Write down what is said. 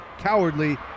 cowardly